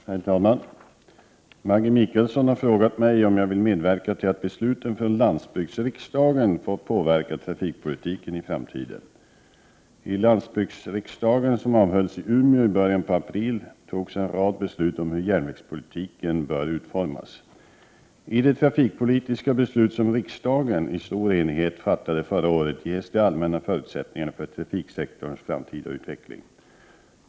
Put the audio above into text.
Herr talman! Maggi Mikaelsson har frågat mig om jag vill medverka till att besluten från landsbygdsriksdagen får påverka trafikpolitiken i framtiden. I landsbygdsriksdagen som avhölls i Umeå i början på april togs en rad beslut om hur järnvägspolitiken bör utformas. I det trafikpolitiska beslut som riksdagen, i stor enighet, fattade förra året ges de allmänna förutsättningarna för trafiksektorns framtida utveckling.